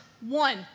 One